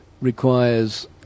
requires